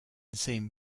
seem